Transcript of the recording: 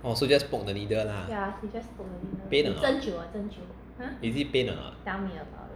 so just poke the needle pain a not is it pain a not